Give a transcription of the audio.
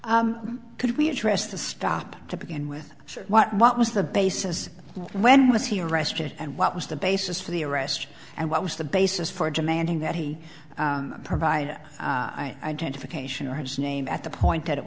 could we address to stop to begin with what was the basis when was he arrested and what was the basis for the arrest and what was the basis for demanding that he provide identification or its name at the point that it